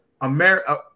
America